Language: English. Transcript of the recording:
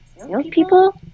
salespeople